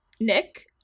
Nick